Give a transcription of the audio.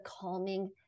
calming